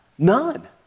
none